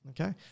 Okay